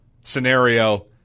scenario